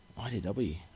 IDW